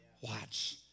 Watch